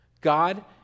God